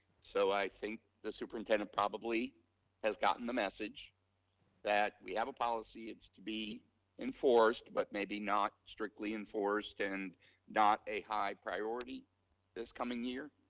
so i think the superintendent probably has gotten the message that we have a policy it is to be enforced, but maybe not strictly enforced and not a high priority this coming year.